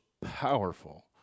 powerful